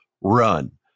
run